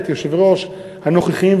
את יושבי-הראש הקודמים והנוכחיים,